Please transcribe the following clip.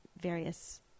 various